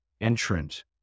entrant